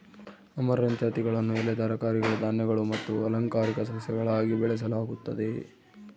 amaranth ಜಾತಿಗಳನ್ನು ಎಲೆ ತರಕಾರಿಗಳು ಧಾನ್ಯಗಳು ಮತ್ತು ಅಲಂಕಾರಿಕ ಸಸ್ಯಗಳಾಗಿ ಬೆಳೆಸಲಾಗುತ್ತದೆ